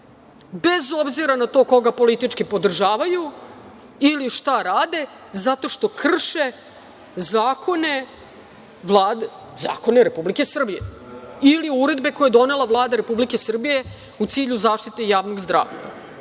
bez obzira na to koga politički podržavaju ili šta rade, zato što krše zakone Republike Srbije ili uredbe koje je donela Vlada Republike Srbije u cilju zaštite javnog zdravlja.